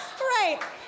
right